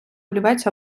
олівець